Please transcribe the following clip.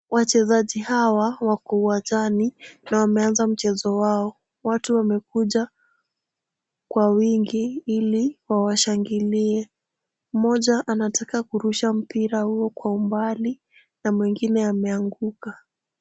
Wachezaji hawa wako uwanjani na wameanza mchezo wao. Watu wamekuja kwa wingi ili wawashangilie. Mmoja anataka kurusha mpira huo kwa umbali na mwingine ameanguka.